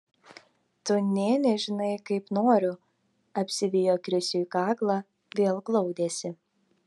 tu nė nežinai kaip noriu apsivijo krisiui kaklą vėl glaudėsi